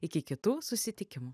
iki kitų susitikimų